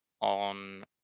on